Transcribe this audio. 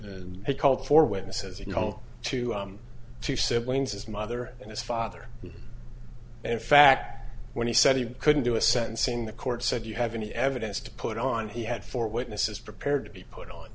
and he called for witnesses you know to two siblings his mother and his father in fact when he said you couldn't do a sentencing the court said you have any evidence to put on he had four witnesses prepared to be put on